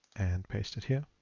and paste it here.